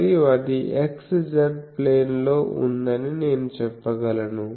మరియు అది x z plane లో ఉందని నేను చెప్పగలను